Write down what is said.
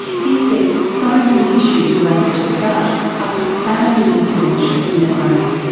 he says so many issues related to the gut are profoundly influential in the brain.